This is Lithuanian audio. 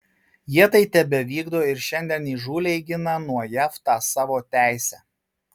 jie tai tebevykdo ir šiandien įžūliai gina nuo jav tą savo teisę